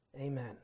Amen